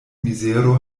mizero